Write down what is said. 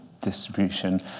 distribution